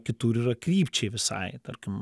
kitur yra krypčiai visai tarkim